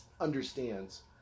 understands